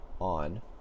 on